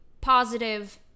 positive